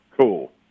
Cool